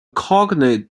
cognate